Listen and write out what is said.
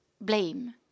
blame